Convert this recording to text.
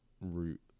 route